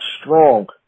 strong